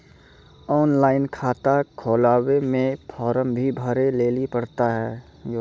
Online खाता खोलवे मे फोर्म भी भरे लेली पड़त यो?